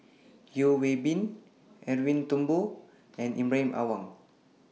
Yeo Hwee Bin Edwin Thumboo and Ibrahim Awang